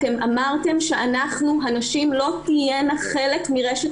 אתם אמרתם שאנחנו הנשים לא נהיה חלק מרשת